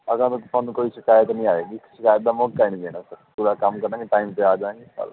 ਅਗਾਂਹ ਤੋਂ ਤੁਹਾਨੂੰ ਕੋਈ ਸ਼ਿਕਾਇਤ ਨਹੀਂ ਆਵੇਗੀ ਸ਼ਿਕਾਇਤ ਦਾ ਮੌਕਾ ਹੀ ਨਹੀਂ ਦੇਣਾ ਸਰ ਪੂਰਾ ਕੰਮ ਕਰਾਂਗੇ ਟਾਈਮ 'ਤੇ ਆ ਜਾਂਗੇ ਕੱਲ੍ਹ